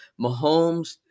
Mahomes